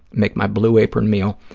make my blue apron meal,